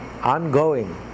ongoing